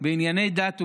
בענייני דת ומדינה.